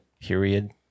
period